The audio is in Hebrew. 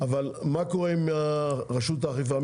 אבל מה קורה עם רשות האכיפה?